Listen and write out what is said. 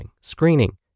screening